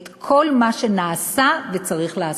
את כל מה שנעשה וצריך לעשות.